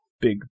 big